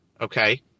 Okay